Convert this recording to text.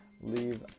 Leave